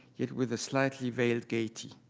yet with a slightly veiled gaiety.